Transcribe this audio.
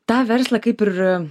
tą verslą kaip ir